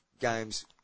games